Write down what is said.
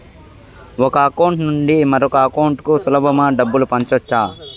ఒక అకౌంట్ నుండి మరొక అకౌంట్ కు సులభమా డబ్బులు పంపొచ్చా